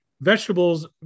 Vegetables